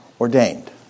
ordained